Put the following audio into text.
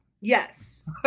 Yes